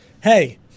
hey